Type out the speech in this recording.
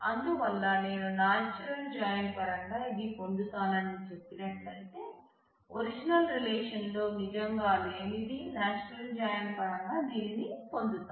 అందువల్ల నేను natural join పరంగా ఇది పొందుతానని చెప్పినట్లయితే ఒరిజినల్ రిలేషన్ లో నిజంగా లేనిది నాచురల్ జాయిన్ పరంగా దీనిని పొందుతాను